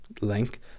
link